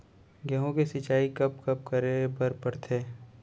गेहूँ के सिंचाई कब कब करे बर पड़थे?